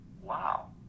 wow